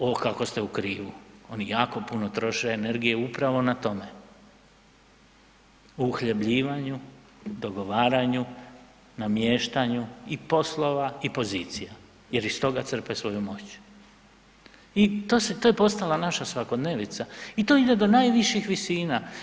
O kako ste u krivu, oni jako puno troše energije upravo na tome, uhljebljivanju, dogovaranju, namještanju i poslova i pozicija jer iz toga crpe svoju moć i to je postala naša svakodnevnica i to ide do najviših visina.